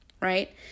right